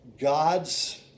God's